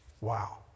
Wow